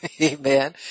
Amen